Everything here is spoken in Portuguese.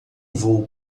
vou